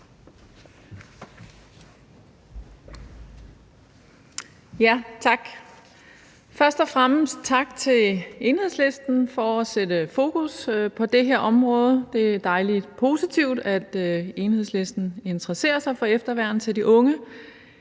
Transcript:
Tak. Først og fremmest tak til Enhedslisten for at sætte fokus på det her område. Det er dejlig positivt, at Enhedslisten interesserer sig for efterværn til de unge.